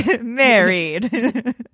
married